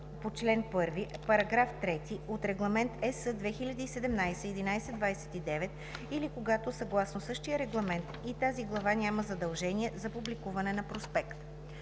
(ЕС) 2017/1129 или когато съгласно същия регламент и тази глава няма задължение за публикуване на проспект.